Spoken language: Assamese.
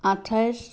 আঠাইছ